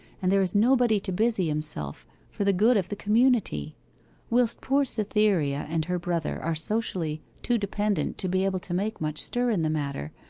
and there is nobody to busy himself for the good of the community whilst poor cytherea and her brother are socially too dependent to be able to make much stir in the matter,